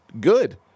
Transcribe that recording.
good